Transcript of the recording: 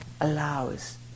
allows